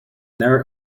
never